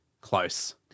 close